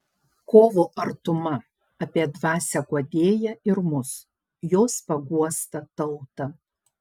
kovo artuma apie dvasią guodėją ir mus jos paguostą tautą